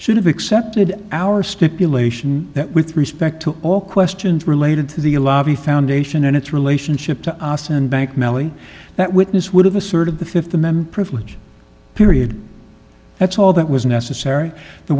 should have accepted our stipulation that with respect to all questions related to the lobby foundation and its relationship to us and bank melli that witness would have asserted the fifth the member privilege period that's all that was necessary the